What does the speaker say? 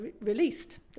released